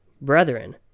brethren